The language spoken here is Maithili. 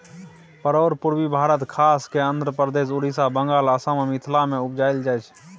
परोर पुर्वी भारत खास कय आंध्रप्रदेश, उड़ीसा, बंगाल, असम आ मिथिला मे उपजाएल जाइ छै